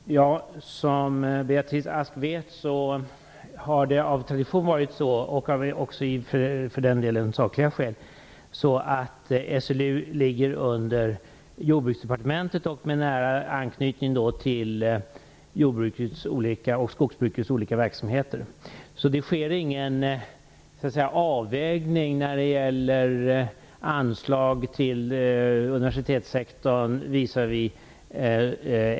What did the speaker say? Fru talman! Som Beatrice Ask vet har det av tradition och av sakliga skäl varit så att SLU lyder under Jordbruksdepartementet på grund av den när anknytningen till jordbrukets och skogsbrukets olika verksamheter. Det sker ju ingen avvägning när det gäller anslagen till universitetssektorn visavi SLU.